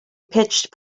pitched